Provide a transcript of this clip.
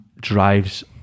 drives